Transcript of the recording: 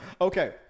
Okay